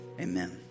Amen